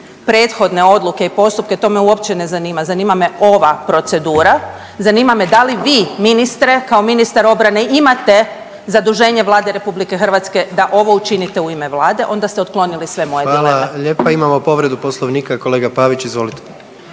prethodne odluke i postupke, to me uopće ne zanima, zanima me ova procedura, zanima me da li vi, ministre, kao ministar obrane imate zaduženje Vlade RH da ovo učiniti u ime Vlade? Onda ste otklonili sve moje dileme. **Jandroković, Gordan (HDZ)** Hvala lijepa. Imamo povredu Poslovnika. Kolega Pavić, izvolite.